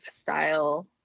style